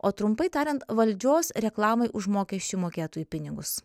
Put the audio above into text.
o trumpai tariant valdžios reklamai už mokesčių mokėtojų pinigus